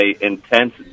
intense